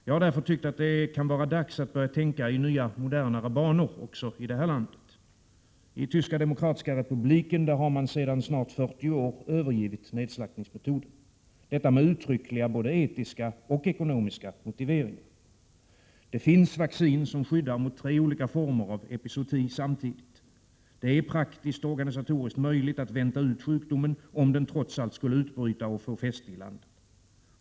Jag har därför tyckt att det kan vara dags att börja tänka i nya, modernare banor också i detta land. I Tyska Demokratiska republiken har man sedan snart 40 år övergivit nedslaktningsmetoden, detta med uttryckliga både etiska och ekonomiska motiveringar. Det finns vaccin som skyddar mot tre olika former av epizooti samtidigt. Det är praktiskt och organisatoriskt möjligt att vänta ut sjukdomen, om den trots allt skulle utbryta och få fäste i landet.